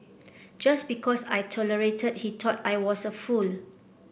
just because I tolerated he thought I was a fool